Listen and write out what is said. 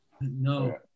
No